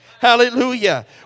Hallelujah